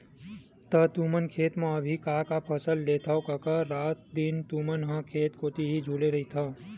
त तुमन खेत म अभी का का फसल लेथव कका रात दिन तुमन ह खेत कोती ही झुले रहिथव?